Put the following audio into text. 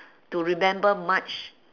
to remember much